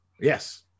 Yes